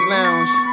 Lounge